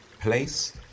place